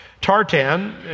Tartan